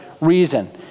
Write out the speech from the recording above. reason